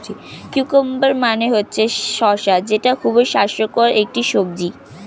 cucumber মানে হচ্ছে শসা যেটা খুবই স্বাস্থ্যকর একটি সবজি